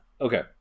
Okay